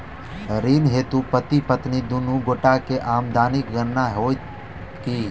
ऋण हेतु पति पत्नी दुनू गोटा केँ आमदनीक गणना होइत की?